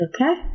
okay